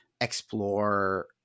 explore